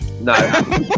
no